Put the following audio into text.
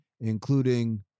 including